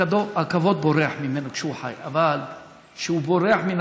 הכבוד בורח ממנו, כשהוא חי, אבל כשהוא בורח מן